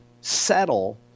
settle